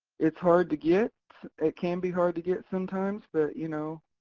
it's hard to get, it can be hard to get sometimes but, you know,